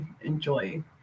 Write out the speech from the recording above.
enjoy